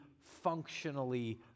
functionally